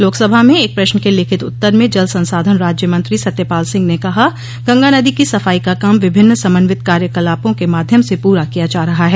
लोकसभा में एक प्रश्न के लिखित उत्तर में जल संसाधन राज्य मंत्री सत्यपाल सिंह ने कहा गंगा नदी की सफाई का काम विभिन्न समन्वित कार्यकलापों के माध्यम से पूरा किया जा रहा है